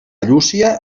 llúcia